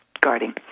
guarding